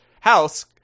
house